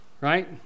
right